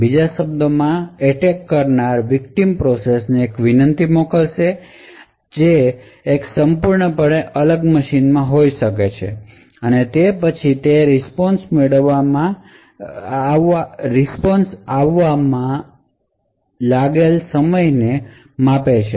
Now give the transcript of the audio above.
તેથી બીજા શબ્દોમાં એટેક કરનાર વિકટીમ પ્રોસેસ ને વિનંતી મોકલશે જે એક સંપૂર્ણપણે અલગ મશીનમાં હોઈ શકે છે અને તે પછી તે રિસ્પોન્સ માટે લેવામાં આવેલા સમયને માપે છે